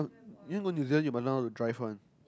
you know go New-Zealand must learn how to drive one